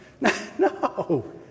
No